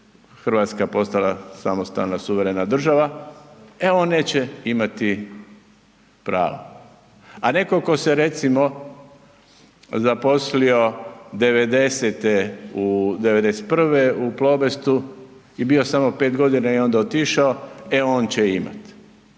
Hrvatska postala samostalna, suverena država? E, on neće imati pravo. A netko tko se recimo zaposlio '90., '91. u Plobestu i bio samo 5 godina i onda otišao, e on će imati.